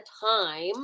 time